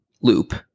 loop